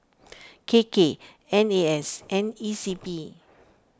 K K N A S and E C P